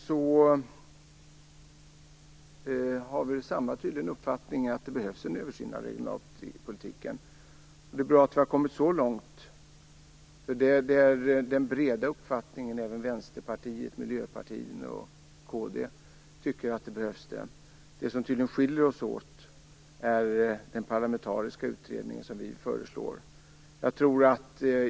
Vi har tydligen samma uppfattning angående regionalpolitiken, att det behövs en översyn. Det är bra att vi har kommit så långt. Även Vänsterpartiet, Miljöpartiet och Kristdemokraterna delar denna uppfattning. Det som skiljer oss åt är att vi föreslår en parlamentarisk utredning.